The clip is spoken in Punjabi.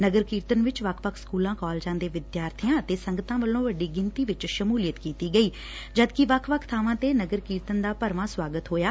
ਨਗਰ ਕੀਰਤਨ ਵਿਚ ਵੱਖ ਵੱਖ ਸਕੁਲਾਂ ਕਾਲਜਾਂ ਦੇ ਵਿਦਿਆਰਥੀਆਂ ਅਤੇ ਸੰਗਤਾਂ ਵੱਲੋਂ ਵੱਡੀ ਗਿਣਰੀ ਵਿਚਂ ਸ਼ਮੁਲੀਅਤ ਕੀਤੀ ਗਈ ਜਦਕਿ ਵੱਖ ਵੱਖ ਬਾਵਾਂ ਤੇ ਨਗਰ ਕੀਰਤਨ ਦਾ ਭਰਵਾਂ ਸਵਾਗਤ ਹੋਇਆ